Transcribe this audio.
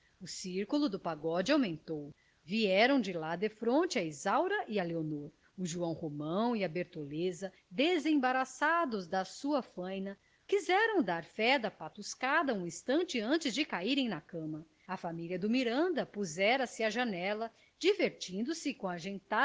o circulo do pagode aumentou vieram de lá defronte a isaura e a leonor o joão romão e a bertoleza desembaraçados da sua faina quiseram dar fé da patuscada um instante antes de caírem na cama a família do miranda pusera se à janela divertindo se com a